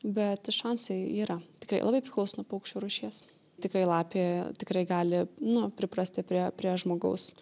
bet šansai yra tikrai labai priklauso nuo paukščio rūšies tikrai lapė tikrai gali nu priprasti prie prie žmogaus